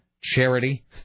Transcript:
Charity